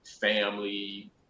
family